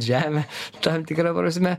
žemę tam tikra prasme